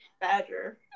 Badger